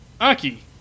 Aki